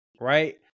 right